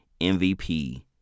MVP